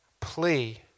plea